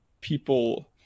people